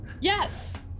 Yes